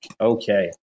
Okay